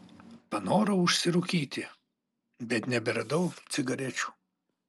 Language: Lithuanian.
panorau užsirūkyti bet neberadau cigarečių